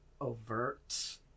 overt